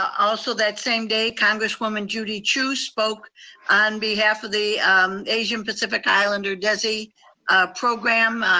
also that same day, congresswoman judy chu spoke on behalf of the asian pacific islander desi program.